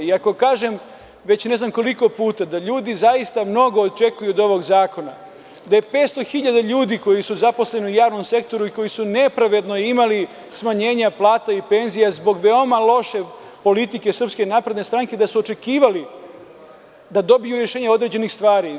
I ako, kažem, već ne znam koliko puta, da ljudi zaista mnogo očekuju od ovog zakona, da je 500 hiljada ljudi koji su zaposleni u javnom sektoru i koji su nepravedno imali smanjenja plata i penzija zbog veoma loše politike SNS, da su očekivali da dobiju rešenje određenih stvari.